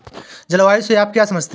जलवायु से आप क्या समझते हैं?